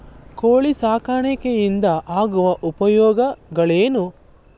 ಕೋಳಿ ಸಾಕಾಣಿಕೆಯಿಂದ ಆಗುವ ಉಪಯೋಗಗಳೇನು?